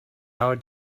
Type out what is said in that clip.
our